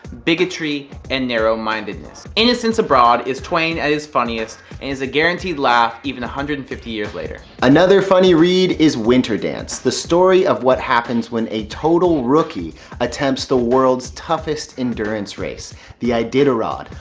bigotry, and narrowmindedness. innocents abroad is twain at his funniest and is a guaranteed laugh even one hundred and fifty years later. another funny read is winterdance, the story of what happens when a total rookie attempts the world's toughest endurance race the iditarod,